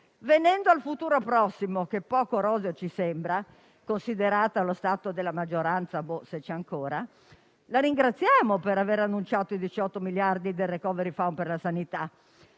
Venendo al futuro prossimo - che poco roseo ci sembra, considerato lo stato della maggioranza, sempre che ci sia ancora - la ringraziamo per l'annuncio di 18 miliardi del *recovery fund* per la sanità,